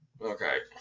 Okay